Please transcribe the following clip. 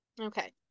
Okay